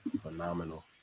phenomenal